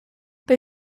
they